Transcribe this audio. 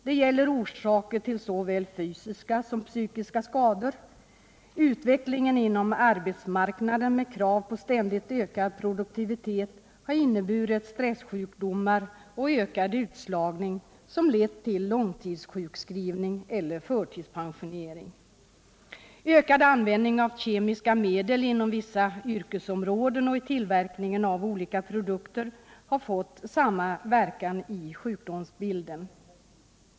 Det gäller orsaker till såväl fysiska som psykiska skador. Utvecklingen inom arbetsmarknaden med krav på ständigt ökad produktivitet har inneburit stressjukdomar och ökad utslagning, som lett till långtidssjukskrivning eller förtidspensionering. Ökad användning av kemiska medel inom vissa yrkesområden och vid tillverkning av olika produkter har fått samma inverkan på sjukdomsbilden.